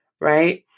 right